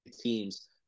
teams